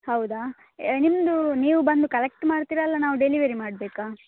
ಹೌದಾ ಎ ನಿಮ್ಮದು ನೀವು ಬಂದು ಕಲೆಕ್ಟ್ ಮಾಡ್ತೀರಾ ಅಲ್ಲ ನಾವು ಡೆಲಿವರಿ ಮಾಡಬೇಕಾ